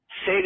Say